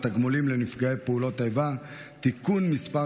התגמולים לנפגעי פעולות איבה (תיקון מס'